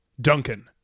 Duncan